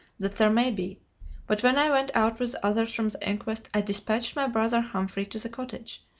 that there may be but when i went out with the others from the inquest, i dispatched my brother humphrey to the cottage,